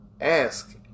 Ask